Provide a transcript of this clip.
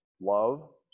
love